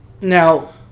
Now